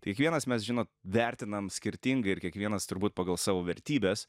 kiekvienas mes žinot vertinam skirtingai ir kiekvienas turbūt pagal savo vertybes